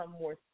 more